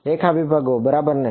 રેખા વિભાગો બરાબર ને